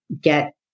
get